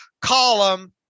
column